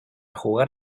jugar